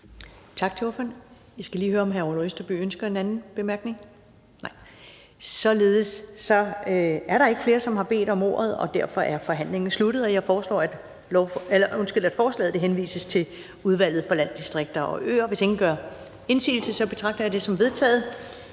Tak til ordføreren. Jeg skal lige høre: Ønsker hr. Orla Østerby en anden kort bemærkning? Nej. Så er der ikke flere, som har bedt om ordet, og derfor er forhandlingen sluttet. Jeg foreslår, at forslaget til folketingsbeslutning henvises til Udvalget for Landdistrikter og Øer. Hvis ingen gør indsigelse, betragter jeg det som vedtaget.